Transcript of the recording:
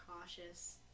cautious